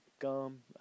Gum